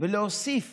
ולהוסיף